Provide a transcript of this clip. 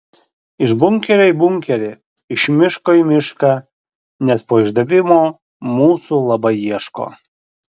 iš bunkerio į bunkerį iš miško į mišką nes po išdavimo mūsų labai ieško